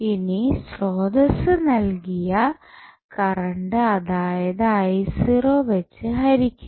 ഇനി സ്രോതസ്സ് നൽകിയ കറണ്ട് അതായത് വെച്ചു ഹരിക്കുക